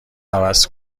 عوض